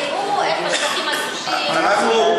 ייכנסו ויראו את השטחים הכבושים, גזל האדמות.